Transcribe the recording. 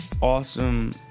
awesome